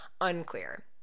Unclear